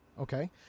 Okay